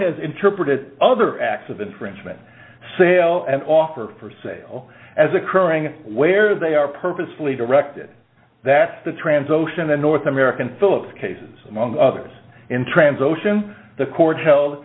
has interpreted other acts of infringement sale and offered for sale as occurring where they are purposefully directed that the trans ocean the north american philip cases among others in trans ocean the court held